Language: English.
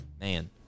man